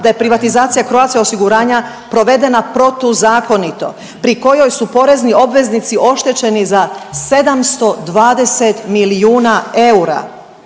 da je privatizacija Croatia osiguranja provedena protuzakonito pri kojoj su porezni obveznici oštećeni za 720 milijuna eura.